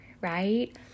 right